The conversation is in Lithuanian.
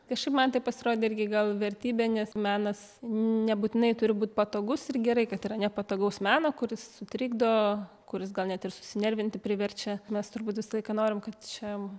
kažkaip man tai pasirodė irgi gal vertybė nes menas nebūtinai turi būt patogus ir gerai kad yra nepatogaus meno kuris sutrikdo kuris gal net ir susinervinti priverčia mes turbūt visą laiką norim kad čia